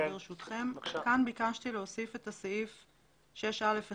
כאן ביקשתי להוסיף את הסעיף 6א1(ז)(9),